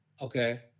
Okay